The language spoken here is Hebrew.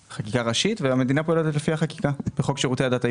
ראשית והמדינה פועלת לפי החקיקה בחוק שירותי הדת היהודיים.